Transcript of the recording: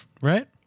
right